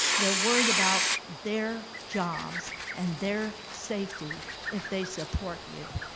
they're worried about their jobs and their safety if they support you.